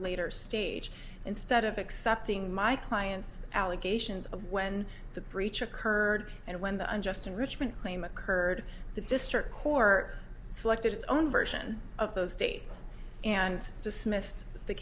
later stage instead of accepting my client's allegations of when the breach occurred and when the unjust enrichment claim occurred the district corps selected its own version of those states and dismissed the